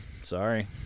sorry